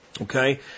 Okay